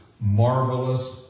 marvelous